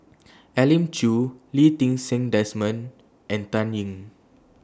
Elim Chew Lee Ti Seng Desmond and Dan Ying